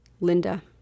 Linda